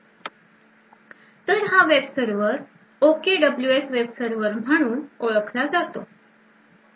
तऱ हा web server OKWS Web Server म्हणून ओळखला जातो